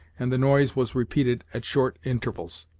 and the noise was repeated at short intervals,